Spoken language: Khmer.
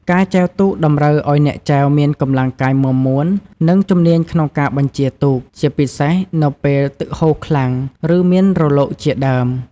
ការចែវទូកតម្រូវឲ្យអ្នកចែវមានកម្លាំងកាយមាំមួន និងជំនាញក្នុងការបញ្ជាទូក ជាពិសេសនៅពេលទឹកហូរខ្លាំង ឬមានរលកជាដើម។